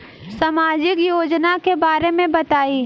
सामाजिक योजना के बारे में बताईं?